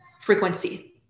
frequency